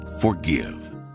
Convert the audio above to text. Forgive